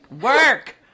Work